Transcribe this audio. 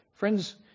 Friends